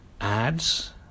ads